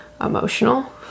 emotional